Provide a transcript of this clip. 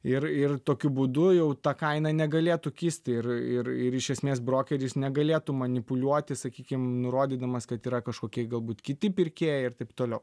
ir ir tokiu būdu jau ta kaina negalėtų kisti ir ir ir iš esmės brokeris negalėtų manipuliuoti sakykim nurodydamas kad yra kažkokie galbūt kiti pirkėjai ir taip toliau